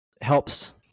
helps